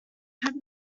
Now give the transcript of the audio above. had